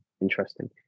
Interesting